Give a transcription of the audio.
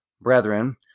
brethren